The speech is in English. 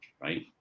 right